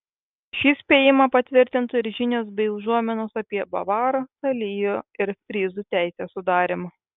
šį spėjimą patvirtintų ir žinios bei užuominos apie bavarų salijų ir fryzų teisės sudarymą